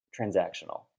transactional